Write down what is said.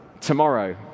tomorrow